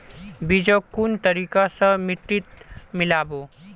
बीजक कुन तरिका स मिट्टीत मिला बो